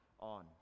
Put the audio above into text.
on